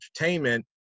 entertainment